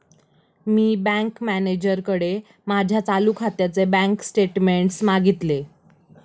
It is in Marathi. मी बँक मॅनेजरकडे माझ्या चालू खात्याचे बँक स्टेटमेंट्स मागितले